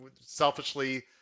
selfishly